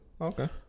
Okay